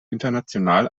international